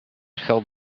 help